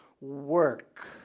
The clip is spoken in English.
work